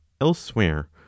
elsewhere